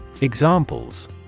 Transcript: Examples